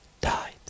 died